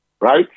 right